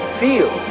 feel